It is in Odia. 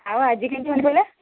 ଆଉ ଆଜି କେମିତି ମନେ ପଇଲା